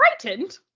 frightened